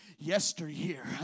Yesteryear